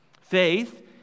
Faith